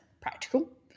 practical